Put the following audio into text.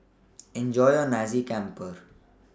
Enjoy your Nasi Campur